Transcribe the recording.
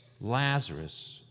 Lazarus